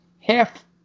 half